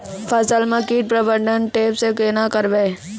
फसल म कीट प्रबंधन ट्रेप से केना करबै?